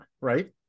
right